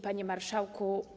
Panie Marszałku!